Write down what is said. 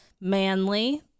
Manly